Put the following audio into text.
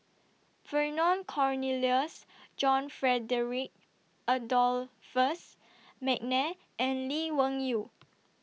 Vernon Cornelius John Frederick Adolphus Mcnair and Lee Wung Yew